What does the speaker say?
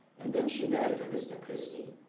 and then she married a mr. christy,